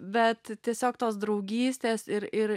bet tiesiog tos draugystės ir ir